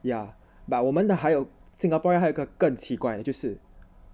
ya but 我们的还有 singaporean 还有个更奇怪的就是